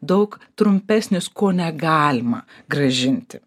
daug trumpesnis ko negalima grąžinti